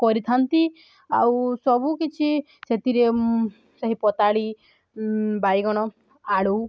କରିଥାନ୍ତି ଆଉ ସବୁକିଛି ସେଥିରେ ସେହି ପତାଡ଼ି ବାଇଗଣ ଆଳୁ